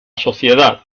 sociedad